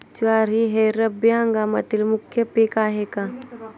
ज्वारी हे रब्बी हंगामातील मुख्य पीक आहे का?